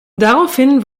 daraufhin